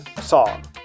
song